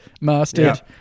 Mastered